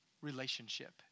relationship